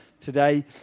today